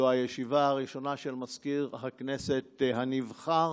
זו הישיבה הראשונה של מזכיר הכנסת הנבחר.